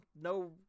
no